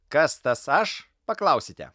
kas tas aš paklausite